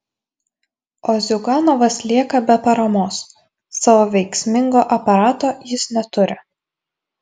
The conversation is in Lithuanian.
o ziuganovas lieka be paramos savo veiksmingo aparato jis neturi